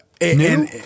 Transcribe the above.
New